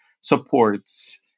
supports